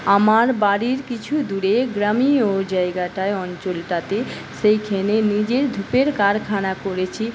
আমার বাড়ির কিছু দূরে গ্রামীয় জায়গাটায় অঞ্চলটাতে সেইখানে নিজের ধূপের কারখানা করেছি